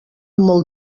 molt